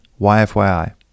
YFYI